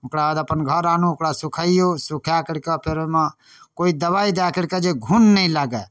ओकरा बाद अपन घर आनू ओकरा सुखाइऔ सुखा करिकऽ फेर ओहिमे कोइ दवाइ दऽ करिके जे घुन नहि लागै